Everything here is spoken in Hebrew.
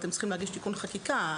אבל אתם צריכים להגיש תיקון חקיקה.